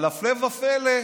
אבל הפלא ופלא,